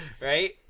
Right